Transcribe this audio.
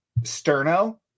sterno